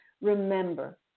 Remember